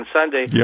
Sunday